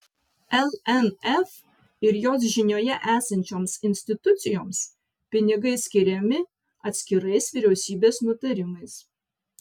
lnf ir jos žinioje esančioms institucijoms pinigai skiriami atskirais vyriausybės nutarimais